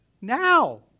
now